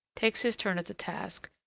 takes his turn at the task,